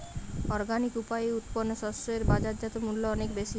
organic উপায়ে উৎপন্ন শস্য এর বাজারজাত মূল্য অনেক বেশি